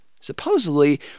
supposedly